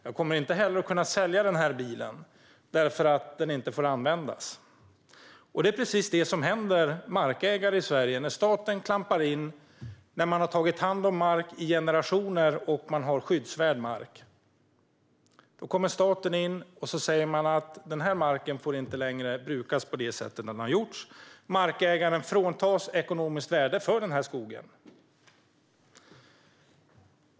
Jag kommer inte heller att kunna sälja bilen, för den får inte användas. Det är precis det som händer markägare i Sverige när staten klampar in efter att man har tagit hand om mark i generationer och har skyddsvärd mark. Då kommer staten in och säger att marken inte längre får brukas på samma sätt som tidigare. Markägaren fråntas ekonomiskt värde för skogen.